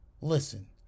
Listen